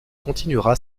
continuera